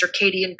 Circadian